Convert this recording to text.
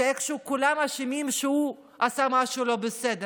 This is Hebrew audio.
ואיכשהו כולם אשמים שהוא עשה משהו לא בסדר.